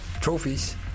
trophies